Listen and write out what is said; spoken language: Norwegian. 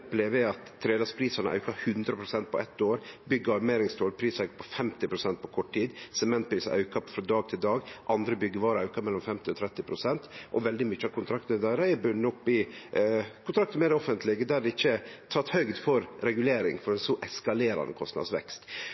at trelastprisane har auka med 100 pst. på eitt år, bygg- og armeringsstålprisane har gått opp med 50 pst. på kort tid, og sementprisane aukar frå dag til dag. Andre byggevarer aukar mellom 50 pst. og 30 pst. Veldig mange av kontraktane deira er bundne opp i kontraktar med det offentlege, der det ikkje er tatt høgd for regulering ved ein så eskalerande kostnadsvekst.